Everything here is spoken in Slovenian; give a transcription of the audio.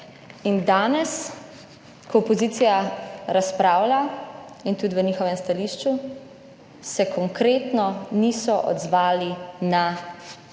in danes, ko opozicija razpravlja in tudi v njihovem stališču se konkretno niso odzvali na